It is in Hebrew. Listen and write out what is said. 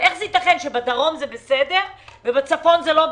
איך זה יתכן שבדרום זה בסדר ובצפון זה לא בסדר?